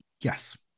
Yes